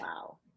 Wow